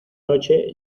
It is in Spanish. noche